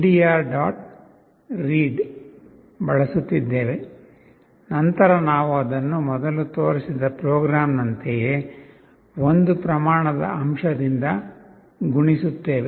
read ಬಳಸುತ್ತಿದ್ದೇವೆ ನಂತರ ನಾವು ಅದನ್ನು ಮೊದಲು ತೋರಿಸಿದ ಪ್ರೋಗ್ರಾಂನಂತೆಯೇ ಒಂದು ಪ್ರಮಾಣದ ಅಂಶದಿಂದ ಗುಣಿಸುತ್ತೇವೆ